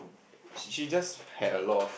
she she just had a lot of